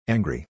Angry